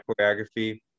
choreography